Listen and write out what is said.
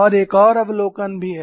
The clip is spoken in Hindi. और एक और अवलोकन भी है